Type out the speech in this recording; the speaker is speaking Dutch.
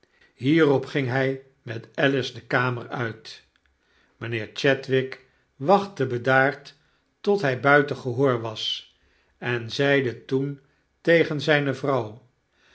hierop ging hij met alice de kamer uit mijnheer chadwick wachtte bedaard tot hij buiten gehoor was en zeide toen tegen zijne vrouw